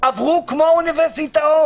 עברו כמו אוניברסיטאות.